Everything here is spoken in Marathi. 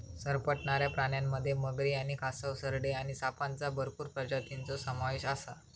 सरपटणाऱ्या प्राण्यांमध्ये मगरी आणि कासव, सरडे आणि सापांच्या भरपूर प्रजातींचो समावेश आसा